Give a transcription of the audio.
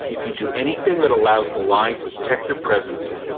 if you do anything that allows the lion to detect your presence,